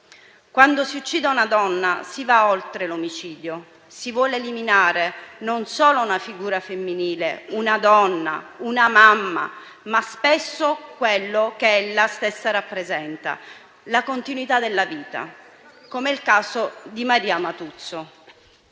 Quando si uccide una donna si va oltre l'omicidio, ma si vuole eliminare non solo una figura femminile, una donna, una mamma, ma spesso quello che ella stessa rappresenta, ovvero la continuità della vita, come nel caso di Maria Amatuzzo.